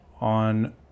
on